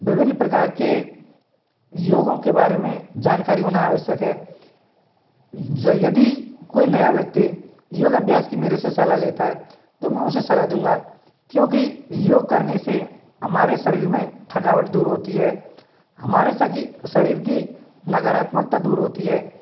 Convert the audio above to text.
विभिन्न प्रकार के योगों के बारे में जानकारी होना आवश्यक है यदि कोई नया व्यक्ति योग अभ्यास की मेरे से सलाह लेता है तो मैं उसे सलाह दूँगा क्योंकि योग करने से हमारे शरीर में थकावट दूर होती है हमारे शरी शरीर की नकारात्मकता दूर होती है